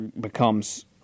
becomes